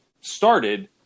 started